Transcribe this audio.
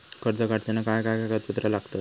कर्ज काढताना काय काय कागदपत्रा लागतत?